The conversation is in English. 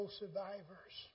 survivors